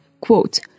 quote